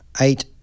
eight